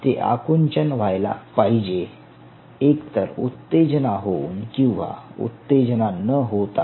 ते आकुंचन व्हायला पाहिजे एक तर उत्तेजना होऊन किंवा उत्तेजना न होता